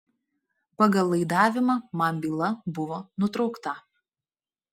pagal laidavimą man byla buvo nutraukta